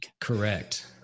Correct